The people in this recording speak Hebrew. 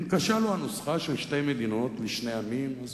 אם קשה לו הנוסחה של "שתי מדינות לשני עמים" הוא